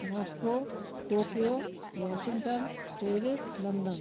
Moscow Tokyo Washington Paris London